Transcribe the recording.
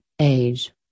age